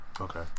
Okay